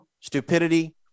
stupidity